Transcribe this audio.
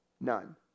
none